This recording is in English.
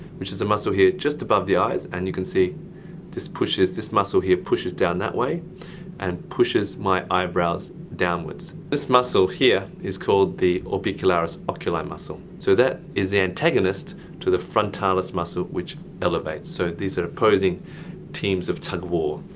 which is a muscle here, just above the eyes, and you can see this pushes, this muscle here pushes down that way and pushes my eyebrows downwards. this muscle here is called the obicularis oculi muscle. so that the antagonist to the frontalis muscle which elevates, so these are opposing teams of tug of war.